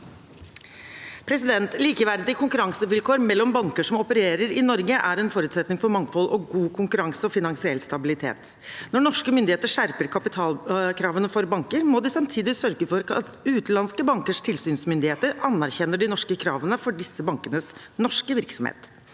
Likeverdige konkurransevilkår mellom banker som opererer i Norge, er en forutsetning for mangfold, god konkurranse og finansiell stabilitet. Når norske myndigheter skjerper kapitalkravene for banker, må de samtidig sørge for at utenlandske bankers tilsynsmyndigheter anerkjenner de norske kravene for disse bankenes norske virksomheter.